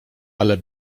ale